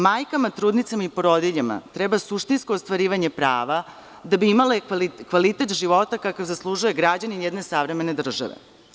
Majkama, trudnicama i porodiljama treba suštinsko ostvarivanje prava, da bi imale kvalitet života kakav zaslužuje građanin jedne savremene države.